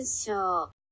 show